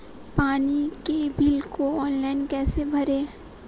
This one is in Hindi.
पानी के बिल को ऑनलाइन कैसे भरें?